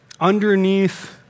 underneath